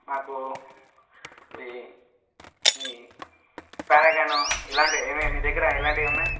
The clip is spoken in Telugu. మాకు ఈ ఈ పరగను ఇలాంటివి ఏమేమి మీ దగ్గర ఇలాంటివి ఉన్నాయి